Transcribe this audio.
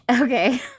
Okay